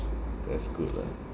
that's good lah